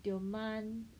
Tioman